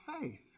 faith